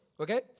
Okay